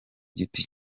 giti